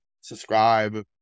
subscribe